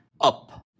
up